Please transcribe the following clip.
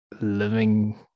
living